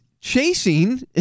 chasing